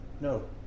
No